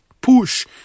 push